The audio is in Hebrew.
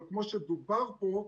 אבל כמו שדובר פה,